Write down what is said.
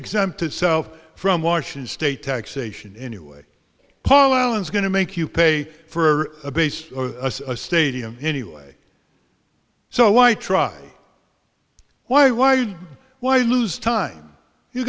exempt itself from washington state taxation anyway paul allen's going to make you pay for a base or a stadium anyway so why try why why why lose time you